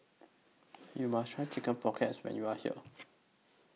YOU must Try Chicken Pockets when YOU Are here